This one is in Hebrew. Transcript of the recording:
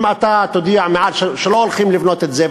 אם אתה תודיע שלא הולכים לבנות את זה,